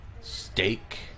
Steak